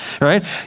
right